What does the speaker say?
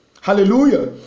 Hallelujah